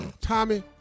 Tommy